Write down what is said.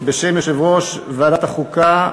בשם יושב-ראש ועדת החוקה,